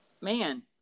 man